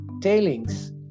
tailings